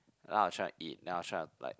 then I was trying to eat then I was trying to like